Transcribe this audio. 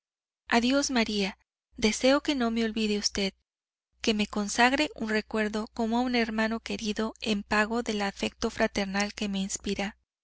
adiós maría deseo que no me olvide usted que me consagre un recuerdo como a un hermano querido en pago del afecto fraternal que me inspira